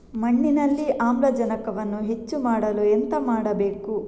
ಮಣ್ಣಿನಲ್ಲಿ ಆಮ್ಲಜನಕವನ್ನು ಹೆಚ್ಚು ಮಾಡಲು ಎಂತ ಮಾಡಬೇಕು?